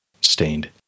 stained